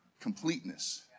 completeness